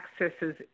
accesses